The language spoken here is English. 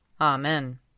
Amen